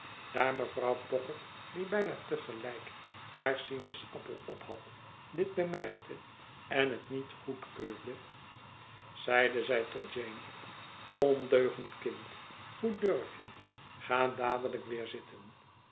daar mevrouw pocket die bijna te gelijk haar sinaasappel ophad dit bemerkte en het niet goedkeurde zeide zij tot jeane ondeugend kind hoe durf je ga dadelijk weer zitten